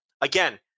again